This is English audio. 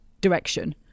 direction